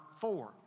four